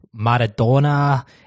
Maradona